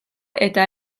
eta